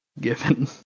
given